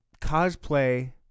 Cosplay